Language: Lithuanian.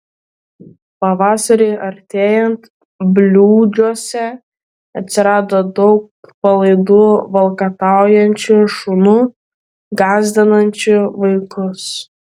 pavasariui artėjant bliūdžiuose atsirado daug palaidų valkataujančių šunų gąsdinančių vaikus